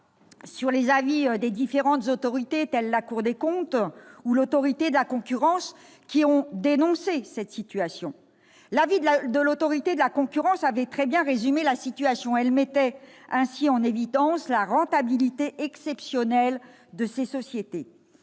sur les avis des différentes autorités, telles que la Cour des comptes ou l'Autorité de la concurrence, qui ont dénoncé cette situation. L'avis de l'Autorité de la concurrence avait très bien résumé la situation : elle mettait ainsi en évidence la « rentabilité exceptionnelle » de ces sociétés,